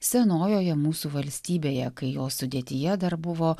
senojoje mūsų valstybėje kai jos sudėtyje dar buvo